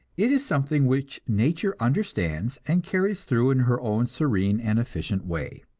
it is something which nature understands and carries through in her own serene and efficient way.